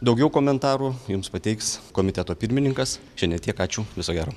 daugiau komentarų jums pateiks komiteto pirmininkas šiandien tiek ačiū viso gero